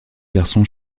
garçon